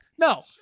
no